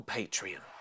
Patreon